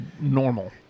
normal